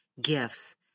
gifts